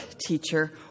teacher